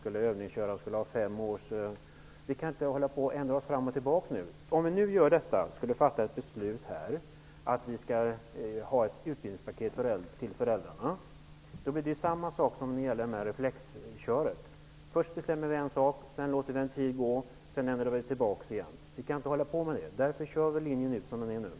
Vi kan inte ändra fram och tillbaka. Om vi nu skulle fatta beslut om ett utbildningspaket för föräldrarna blir det samma sak som när det gällde reflexerna. Först bestämmer vi en sak. Sedan låter vi det gå en tid. Därefter ändrar vi tillbaka igen. Vi kan inte hålla på så här. Därför fullföljer vi linjen sådan den nu ser ut.